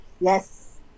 Yes